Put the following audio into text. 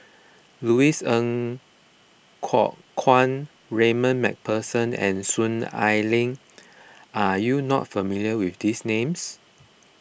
Louis Ng Kok Kwang MacPherson and Soon Ai Ling are you not familiar with these names